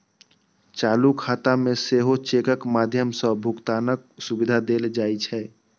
चालू खाता मे सेहो चेकक माध्यम सं भुगतानक सुविधा देल जाइ छै